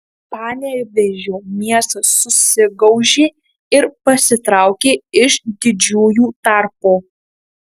panevėžio miestas susigaužė ir pasitraukė iš didžiųjų tarpo